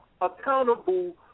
accountable